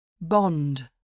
Bond